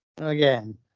Again